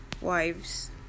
wives